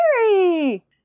Mary